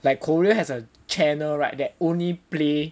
like Korea has a channel right that only play